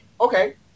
Okay